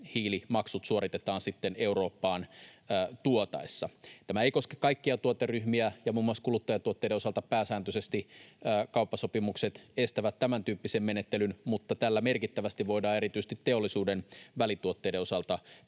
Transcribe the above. hiilimaksut suoritetaan sitten Eurooppaan tuotaessa. Tämä ei koske kaikkia tuoteryhmiä, ja muun muassa kuluttajatuotteiden osalta pääsääntöisesti kauppasopimukset estävät tämäntyyppisen menettelyn, mutta tällä voidaan erityisesti teollisuuden välituotteiden osalta